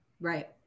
right